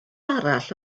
arall